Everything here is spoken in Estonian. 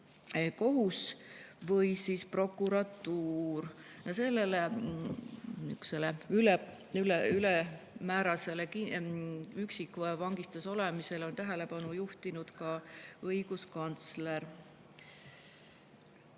kohus või prokuratuur. Niisugusele ülemäärasele üksikvangistuses olemisele on tähelepanu juhtinud ka õiguskantsler.